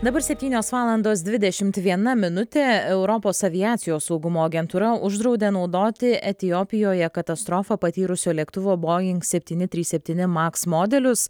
dabar septynios valandos dvidešimt minutė europos aviacijos saugumo agentūra uždraudė naudoti etiopijoje katastrofą patyrusio lėktuvo boing septyni trys septyni maks modelius